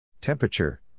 Temperature